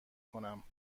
کنم